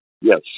Yes